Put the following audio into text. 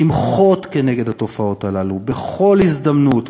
למחות כנגד התופעות הללו בכל הזדמנות,